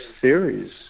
theories